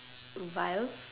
vilf